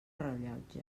rellotge